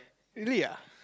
really ah